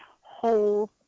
whole